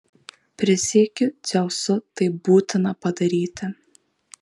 prisiekiu dzeusu tai būtina padaryti